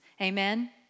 Amen